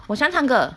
我喜欢唱歌